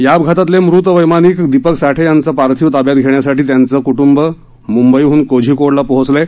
या अपघातातले मृत वैमानिक दीपक साठे यांचं पार्थिव ताब्यात घेण्यासाठी त्यांचं कृटंब मंबईहन कोझिकोडला पोहोचलं आहे